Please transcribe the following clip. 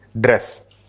dress